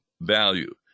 value